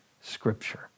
scripture